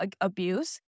abuse